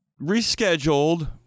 Rescheduled